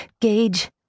Gage